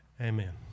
Amen